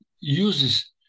uses